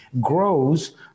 grows